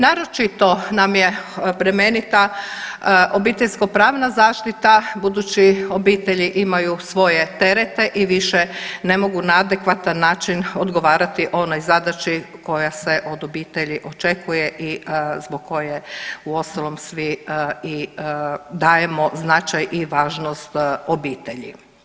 Naročito nam je bremenita obiteljsko pravna zaštita budući obitelji imaju svoje terete i više ne mogu na adekvatan način odgovarati onoj zadaći koja od obitelji očekuje i zbog koje uostalom svi dajemo i značaj i važnost obitelji.